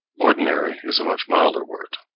ordinary is a much milder word,